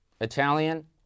Italian